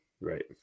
Right